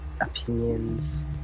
opinions